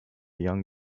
young